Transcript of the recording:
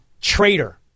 Traitor